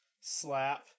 slap